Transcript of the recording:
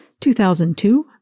2002